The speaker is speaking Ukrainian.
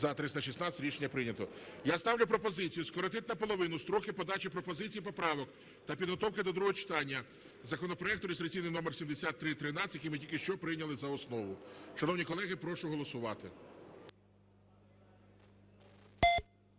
За-316 Рішення прийнято. Я ставлю пропозицію скоротити наполовину строки подачі пропозицій і поправок та підготовки до другого читання законопроекту (реєстраційний номер 7313), який ми тільки що прийняли за основу. Шановні колеги, прошу голосувати.